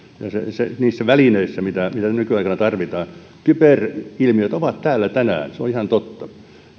ja niissä välineissä mitä mitä nykyaikana tarvitaan kyberilmiöt ovat täällä tänään se on ihan totta